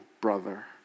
brother